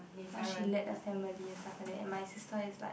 how she led the family and stuff like that and my sister is like